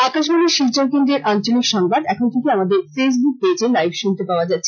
আকাশবাণী শিলচর কেন্দ্রের আঞ্চলিক সংবাদ এখন থেকে আমাদের ফেইসবুক পেজে লাইভ শুনতে পাওয়া যাচ্ছে